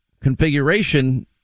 configuration